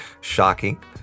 Shocking